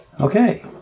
Okay